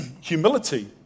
humility